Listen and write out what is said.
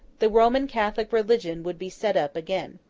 the roman catholic religion would be set up again.